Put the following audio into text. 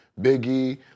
Biggie